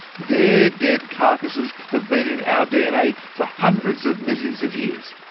their dead carcasses have been in our dna for hundreds of millions of years.